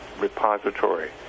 repository